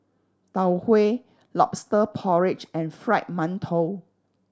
Tau Huay Lobster Porridge and Fried Mantou